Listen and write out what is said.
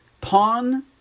pawn